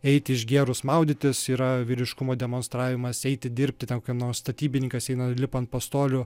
eiti išgėrus maudytis yra vyriškumo demonstravimas eiti dirbti ten ką nors statybininkas eina lipa ant pastolių